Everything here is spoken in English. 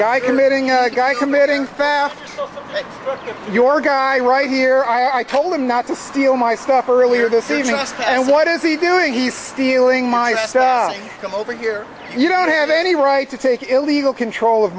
a guy committing fast your guy right here i told him not to steal my stuff earlier this evening and what is he doing he's stealing my come over here you don't have any right to take illegal control of